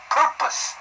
purpose